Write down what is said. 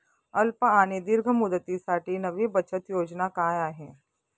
अल्प आणि दीर्घ मुदतीसाठी नवी बचत योजना काय आहे?